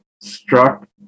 struck